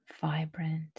vibrant